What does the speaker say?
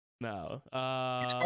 no